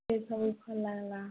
ସେ ସବୁ ଭଲ ଲାଗିଲା